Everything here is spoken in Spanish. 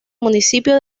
municipio